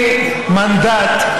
תני מנדט.